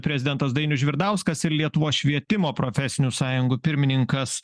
prezidentas dainius žvirdauskas ir lietuvos švietimo profesinių sąjungų pirmininkas